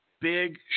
big